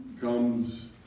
comes